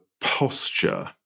posture